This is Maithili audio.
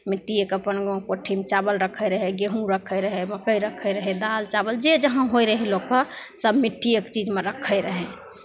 मिट्टीयेके अपन कोठीमे चावल रखैत रहै गेहूँ रखै रहै मक्कइ रखै रहै दालि चावल जे जहाँ होइ रहै लोकके सभ मिट्टीएके चीजमे रखैत रहै